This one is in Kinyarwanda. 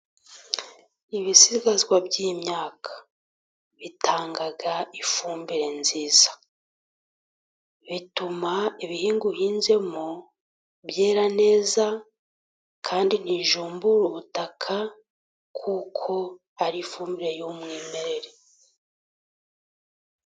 Ibisigazwa by'imyaka, bitanga ifumbire nziza, bituma ibihingwa uhinzemo byera neza kandi ntijumbura ubutaka, kuko ari ifumbire y'umwimere.